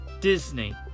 Disney